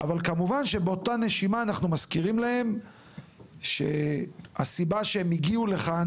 אבל כמובן שבאותה נשימה אנחנו מזכירים להם שהסיבה שהם הגיעו לכאן